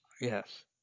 Yes